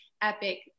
epic